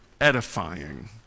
edifying